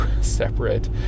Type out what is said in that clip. separate